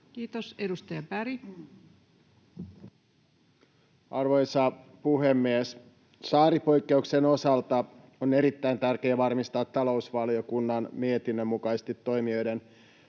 Time: 23:35 Content: Arvoisa puhemies! Saaripoikkeuksen osalta on erittäin tärkeää varmistaa talousvaliokunnan mietinnön mukaisesti toimijoiden